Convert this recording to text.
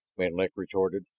menlik retorted.